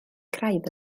craidd